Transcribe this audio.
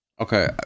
okay